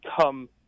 come